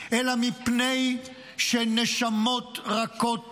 אלא מפני שנשמות רכות